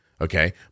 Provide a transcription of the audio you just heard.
Okay